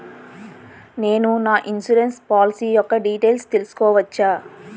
నేను నా insurance policy యెక్క డీటైల్స్ తెల్సుకోవచ్చా?